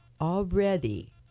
already